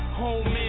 home